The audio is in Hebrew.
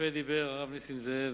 יפה דיבר הרב נסים זאב.